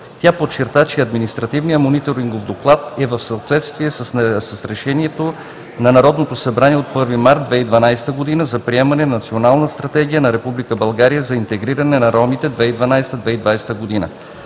Тя подчерта, че Административният мониторингов доклад е в съответствие с решението на Народното събрание от 1 март 2012 г. за приемане на Национална стратегия на Република България за интегриране на ромите (2012 – 2020).